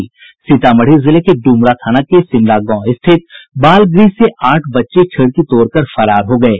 सीतामढ़ी जिले के डुमरा थाना के सिमरा गांव स्थित बाल गृह से आठ बच्चे खिड़की तोड़ कर फरार हो गये